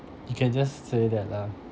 you can just say that lah